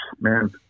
man